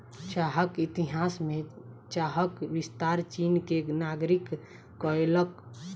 चाहक इतिहास में चाहक विस्तार चीन के नागरिक कयलक